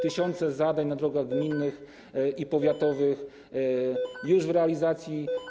Tysiące zadań na drogach gminnych i powiatowych jest już w realizacji.